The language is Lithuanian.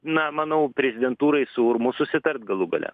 na manau prezidentūrai su urmu susitart galų gale